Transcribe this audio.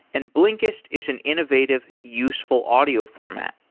and blinkist is an innovative, useful audio format.